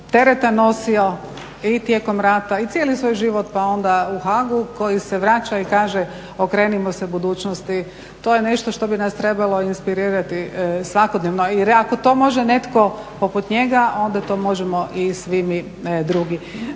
tereta nosio i tijekom rata i cijeli svoj život pa onda u HAAG-u koji se vraća i kaže okrenimo se budućnosti. To je nešto što bi nas trebalo inspirirati svakodnevno jer ako to može netko poput njega, onda to možemo i svi mi drugi.